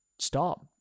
stop